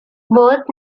both